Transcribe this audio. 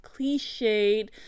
cliched